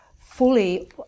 fully